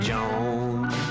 Jones